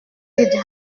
dites